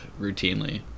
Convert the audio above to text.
routinely